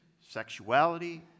sexuality